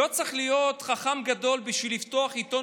לא צריך להיות חכם גדול בשביל לפתוח עיתון